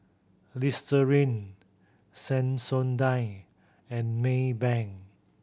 Listerine Sensodyne and Maybank